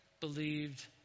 believed